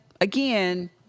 again